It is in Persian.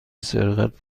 سرقت